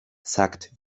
sagt